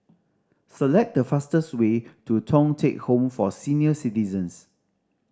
select the fastest way to Thong Teck Home for Senior Citizens